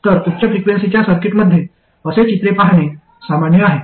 तर उच्च फ्रिक्वेन्सीच्या सर्किटमध्ये असे चित्र पाहणे सामान्य आहे